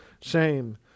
shame